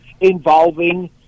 involving